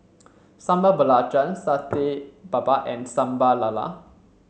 Sambal Belacan Satay Babat and Sambal Lala